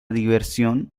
diversión